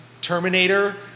Terminator